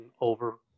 over